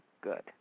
good